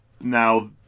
Now